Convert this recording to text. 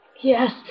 Yes